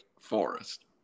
Forest